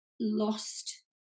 lost